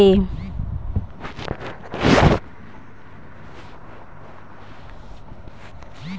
salmon के पाले में जंगली मछली लागे ले